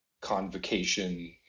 convocation